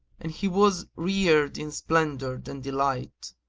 and he was reared in splendour and delight,